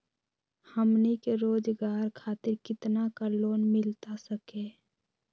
हमनी के रोगजागर खातिर कितना का लोन मिलता सके?